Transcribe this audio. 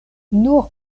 nur